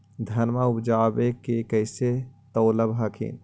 धनमा उपजाके कैसे तौलब हखिन?